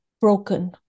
broken